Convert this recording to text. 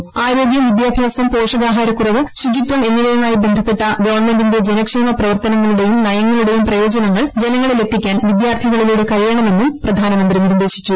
ശ്രീ ആരോഗ്യം വിദ്യാഭ്യാസം പോഷകാഹാരക്കുറവ് ശുചിത്വം എന്നിവയുമായി ബന്ധപ്പെട്ട ഗവൺമെന്റിന്റെ ജനക്ഷേമ പ്രവർത്തനങ്ങളുടെയും നയങ്ങളുടെയം പ്രയോജനങ്ങൾ ജനങ്ങളിലെത്തിക്കാൻ വിദ്യാർത്ഥികളിലൂടെ കഴിയണമെന്നും പ്രധാനമന്ത്രി നിർദ്ദേശിച്ചു